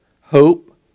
hope